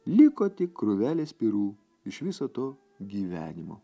liko tik krūvelė spirų iš viso to gyvenimo